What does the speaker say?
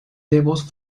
devos